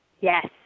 Yes